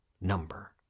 number